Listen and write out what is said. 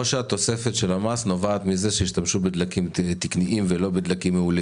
או שהתוספת של המס נובעת מזה שישתמשו בדלקים תקניים ולא בדלקים מהולים.